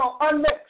unmixed